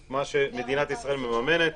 מה שמדינת ישראל מממנת,